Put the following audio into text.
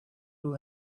will